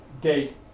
date